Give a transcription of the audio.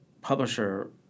publisher